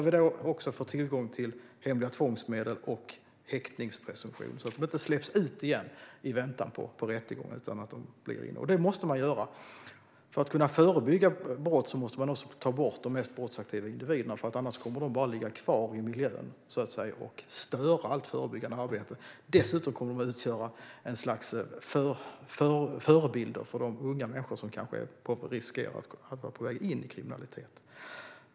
Vi har där fått tillgång till hemliga tvångsmedel och häktningspresumtion, så att de inte släpps ut igen i väntan på rättegång. För att kunna förebygga brott måste man också ta bort de mest brottsaktiva individerna. Annars kommer de att finnas kvar i miljön och störa allt förebyggande arbete. Dessutom kommer de att utgöra ett slags förebilder för de unga människor som riskerar att vara på väg in i kriminalitet.